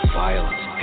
violence